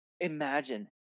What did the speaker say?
imagine